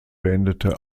beendete